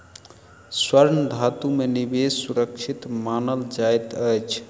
स्वर्ण धातु में निवेश सुरक्षित मानल जाइत अछि